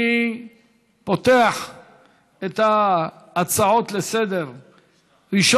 אני פותח את ההצעות לסדר-היום.